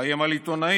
מאיים על עיתונאים,